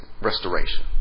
restoration